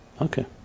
Okay